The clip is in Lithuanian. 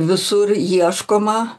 visur ieškoma